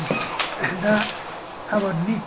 दा आबादनि